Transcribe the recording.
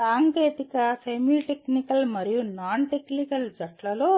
సాంకేతిక semi technical మరియు non technical జట్లలో